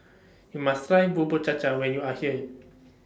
YOU must Try Bubur Cha Cha when YOU Are here